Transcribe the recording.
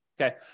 Okay